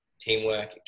teamwork